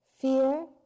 Fear